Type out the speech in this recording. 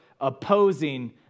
opposing